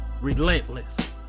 relentless